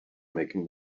making